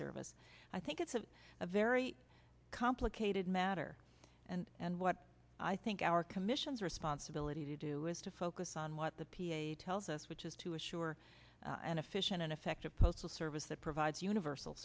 service i think it's a very complicated matter and and what i think our commission's responsibility to do is to focus on what the p a tells us which is to assure an efficient and effective postal service that provides universal